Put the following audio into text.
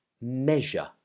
measure